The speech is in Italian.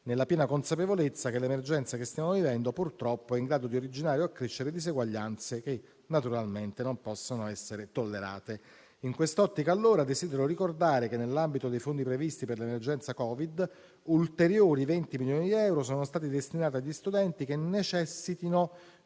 nella piena consapevolezza che l'emergenza che stiamo vivendo purtroppo è in grado di originare o accrescere diseguaglianze che naturalmente non possono essere tollerate. In quest'ottica, allora, desidero ricordare che, nell'ambito dei fondi previsti per l'emergenza Covid-19, ulteriori 20 milioni di euro sono stati destinati agli studenti che necessitino